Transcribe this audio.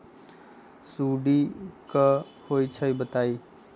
सुडी क होई छई बताई?